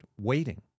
waiting